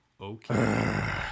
Okay